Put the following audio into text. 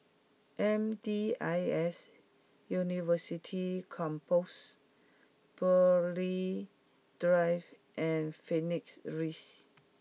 M D I S University Campus Burghley Drive and Phoenix Raise